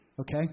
Okay